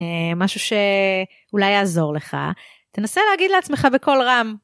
משהו שאולי יעזור לך, תנסה להגיד לעצמך בכל רם.